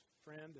friend